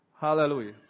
Hallelujah